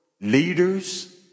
leaders